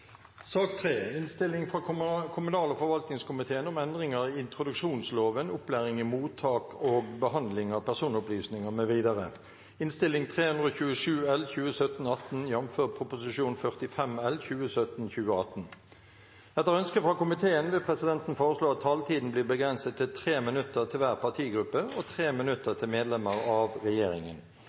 sak nr. 2. Etter ønske fra kommunal- og forvaltningskomiteen vil presidenten foreslå at taletiden blir begrenset til 3 minutter til hver partigruppe og 3 minutter til medlemmer av regjeringen.